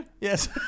yes